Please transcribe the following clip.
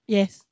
Yes